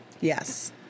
Yes